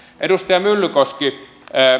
edustaja myllykoski